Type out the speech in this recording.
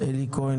אלי כהן,